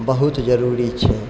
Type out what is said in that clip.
बहुत जरूरी छै